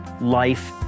life